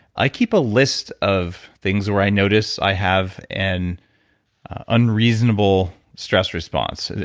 i keep a list of things or i notice i have an unreasonable stress response.